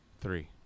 three